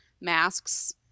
masks